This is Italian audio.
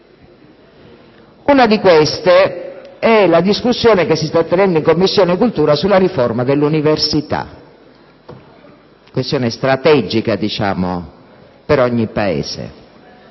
Una di queste è la discussione che si sta tenendo in 7a Commissione sulla riforma dell'università, questione strategica per ogni Paese.